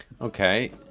Okay